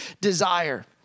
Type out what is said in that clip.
desire